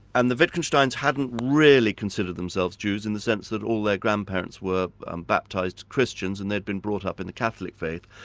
and the wittgensteins hadn't really considered themselves jews in the sense that all their grandparents were baptised christians and they'd been brought up in the catholic faith.